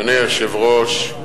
אדוני היושב-ראש,